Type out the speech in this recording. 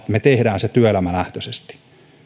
me teemme sen työelämälähtöisesti